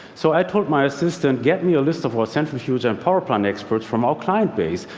so i told my assistant, get me a list of all centrifuge and power plant experts from our client base.